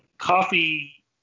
coffee